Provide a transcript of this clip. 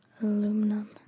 aluminum